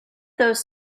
those